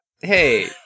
hey